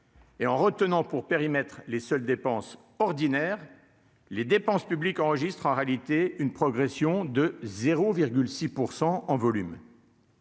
Et en retenant pour périmètre les seules dépenses ordinaires, les dépenses publiques, enregistre en réalité une progression de 0 6 % en volume.